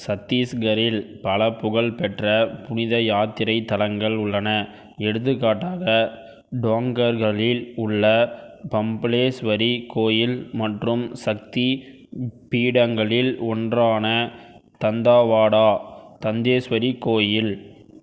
சத்தீஸ்கரில் பல புகழ்பெற்ற புனித யாத்திரைத் தலங்கள் உள்ளன எடுத்துக்காட்டாக டோங்கர்கரில் உள்ள பம்ப்லேஸ்வரி கோயில் மற்றும் சக்தி பீடங்களில் ஒன்றான தந்தாவாடா தந்தேஸ்வரி கோயில்